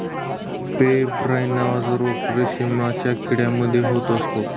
pebrine नावाचा रोग रेशमाच्या किडे मध्ये होत असतो